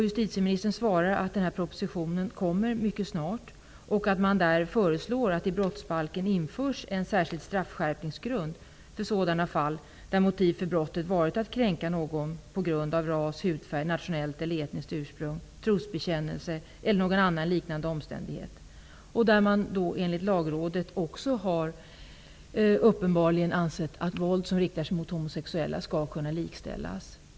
Justitieministern svarar att en sådan proposition mycket snart kommer och att man där föreslår att det i brottsbalken införs en särskild straffskärpningsgrund för sådana fall där motiv för brottet varit att kränka någon på grund av ras, hudfärg, nationellt eller etniskt ursprung, trosbekännelse eller någon annan liknande omständighet. Enligt Lagrådet har man också där uppenbarligen ansett att våld som riktar sig mot homosexuella skall kunna likställas.